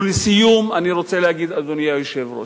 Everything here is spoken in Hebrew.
לסיום אני רוצה להגיד, אדוני היושב-ראש,